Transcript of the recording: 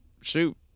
shoot